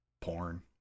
Porn